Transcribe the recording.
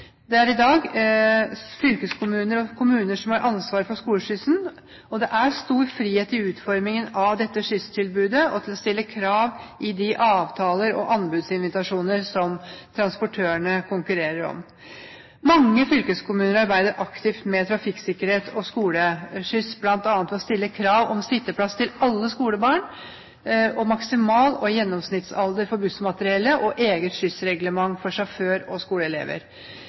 Det er i dag fylkeskommuner og kommuner som har ansvaret for skoleskyssen. Det er stor frihet i utformingen av dette skysstilbudet og til å stille krav i de avtaler og anbudsinvitasjoner som transportørene konkurrerer om. Mange fylkeskommuner arbeider aktivt med trafikksikkerhet og skoleskyss bl.a. ved å stille krav om sitteplass til alle skolebarn, maksimal- og gjennomsnittsalder for bussmateriellet og eget skyssreglement for sjåfør og skoleelever.